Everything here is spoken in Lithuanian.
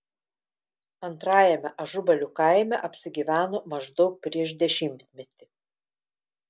antrajame ažubalių kaime apsigyveno maždaug prieš dešimtmetį